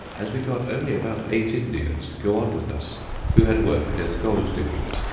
as we got only about eight indians to go on with us who had worked in the gold-diggings,